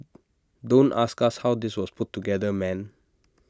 don't ask us how this was put together man